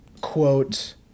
quote